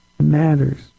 matters